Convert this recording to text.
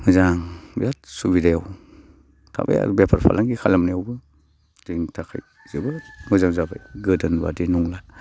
मोजां बिराद सुबिदायाव बेफार फालांगि खालामनायावबो जोंनि थाखाय जोबोद मोजां जाबाय गोदोनि बादि नंला